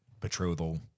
betrothal